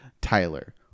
Tyler